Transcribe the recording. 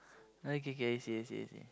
okay K I see I see I see